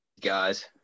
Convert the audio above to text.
guys